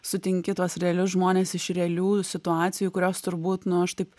sutinki tuos realius žmones iš realių situacijų kurios turbūt nu aš taip